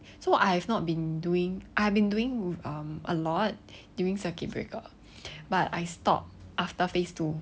so I have not been doing I've been doing with um a lot during circuit breaker but I stopped after phase two